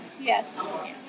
Yes